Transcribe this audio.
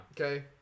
Okay